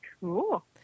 Cool